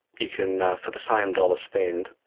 you can, for the same dollar spend,